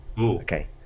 Okay